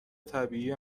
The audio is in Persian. طبیعی